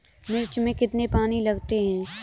मिर्च में कितने पानी लगते हैं?